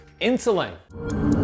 Insulin